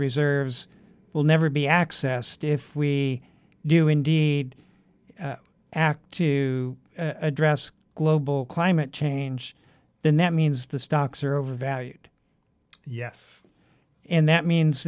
reserves will never be accessed if we do indeed act to address global climate change then that means the stocks are overvalued yes and that means